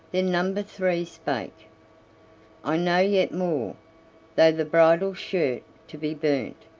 then number three spake i know yet more though the bridal shirt too be burnt,